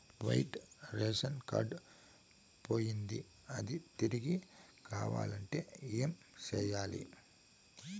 white ration card పోయింది అది తిరిగి కావాలంటే ఏం సేయాలి